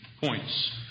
points